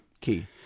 Key